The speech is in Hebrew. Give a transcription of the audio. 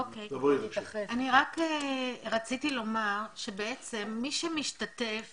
אני רק רציתי לומר שבעצם מי שמשתתף